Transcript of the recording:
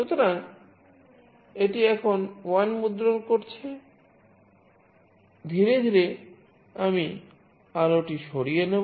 সুতরাং এটি এখন 1 টি মুদ্রণ করছে ধীরে ধীরে আমি আলোটি সরিয়ে নেব